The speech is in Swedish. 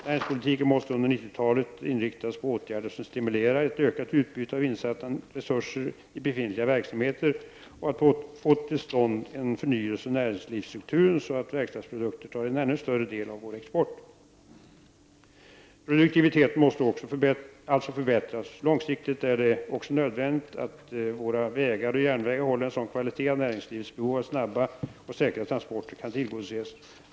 Näringspolitiken måste under 1990-talet inriktas på åtgärder som stimulerar ett ökat utbyte av insatta resurser i befintliga verksamheter och på att få till stånd en förnyelse av näringslivsstrukturen så att verkstadsprodukter tar en ännu större del av vår export. Produktiviteten måste alltså förbättras. Långsiktigt är det också nödvändigt att våra vägar och järnvägar håller en sådan kvalitet att näringslivets behov av snabba och säkra transporter kan tillgodoses.